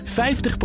50%